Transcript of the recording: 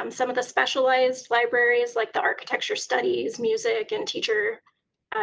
um some of the specialized libraries like the architecture studies, music and teacher